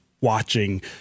watching